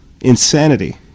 insanity